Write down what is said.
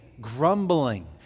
grumbling